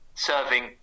serving